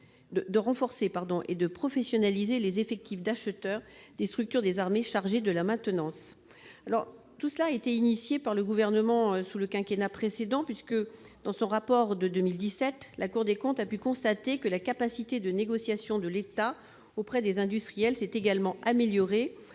de renforcer et de professionnaliser les effectifs d'acheteurs des structures des armées chargées de la maintenance. Le mouvement a été engagé sous le quinquennat précédent puisque, dans son rapport de 2017, la Cour des comptes a constaté que la capacité de négociation de l'État auprès des industriels s'était améliorée